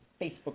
Facebook